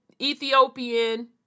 Ethiopian